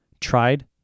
tried